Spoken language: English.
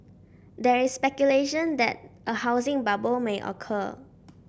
there is speculation that a housing bubble may occur